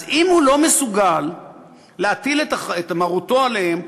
אז אם הוא לא מסוגל להטיל את מרותו עליהם,